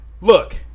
Look